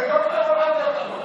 זה דוקטור או לא דוקטור?